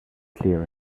clear